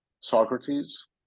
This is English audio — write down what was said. Socrates